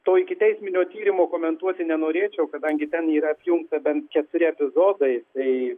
to ikiteisminio tyrimo komentuoti nenorėčiau kadangi ten yra apjungti bent keturi epizodai tai